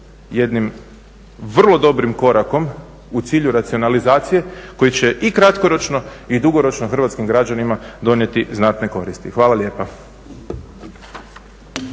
jednim vrlo dobrim korakom u cilju racionalizacije koji će i kratkoročno i dugoročno hrvatskim građanima donijeti znatne koristi. Hvala lijepa.